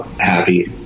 happy